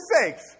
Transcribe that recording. sakes